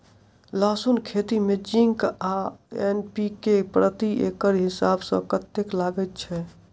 लहसून खेती मे जिंक आ एन.पी.के प्रति एकड़ हिसाब सँ कतेक लागै छै?